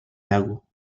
lago